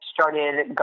started